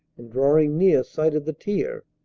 and, drawing near, sighted the tear.